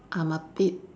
I'm a bit